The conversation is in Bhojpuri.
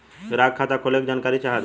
ग्राहक के खाता खोले के जानकारी चाहत बा?